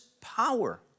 power